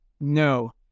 No